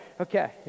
Okay